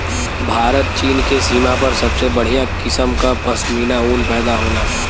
भारत चीन के सीमा पर सबसे बढ़िया किसम क पश्मीना ऊन पैदा होला